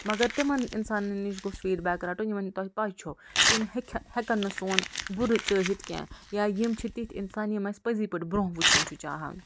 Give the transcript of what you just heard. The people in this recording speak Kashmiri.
مگر تِمن اِنسانس نِش گوٚژھ فیٖڈبیک رَٹُن یِمن تُہۍ پاے چھو کہِ یِم ہیٚکہِ ہٮ۪کن نہٕ سون بُرٕ چٲہِتھ کیٚنٛہہ یا یِم چھِ تِتھ اِنسان یِم اَسہِ پٔزی پٲٹھۍ برٛونٛہہ وُچھُن چھُ چاہان